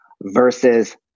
Versus